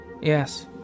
Yes